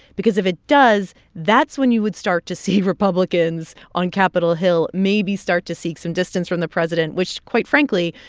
because if it does, that's when you would start to see republicans on capitol hill maybe start to seek some distance from the president, which, quite frankly,